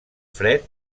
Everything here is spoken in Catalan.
fred